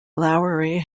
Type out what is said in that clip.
lowery